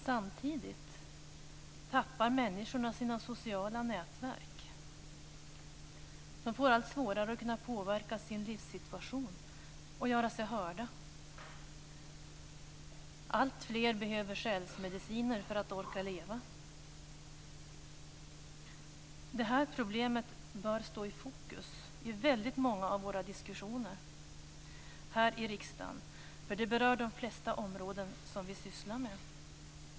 Samtidigt tappar människorna sina sociala nätverk. De får allt svårare att kunna påverka sin livssituation och göra sig hörda. Alltfler behöver själsmediciner för att orka leva. Det här problemet bör stå i fokus i väldigt många av våra diskussioner här i riksdagen. Det berör de flesta av de områden som vi sysslar med.